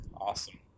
awesome